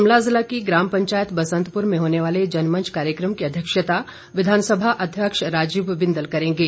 शिमला जिला की ग्राम पंचायत बसंतपुर में होने वाले जनमंच कार्यक्रम की अध्यक्षता विधानसभा के अध्यक्ष राजीव बिंदल करेंगे